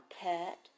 Pet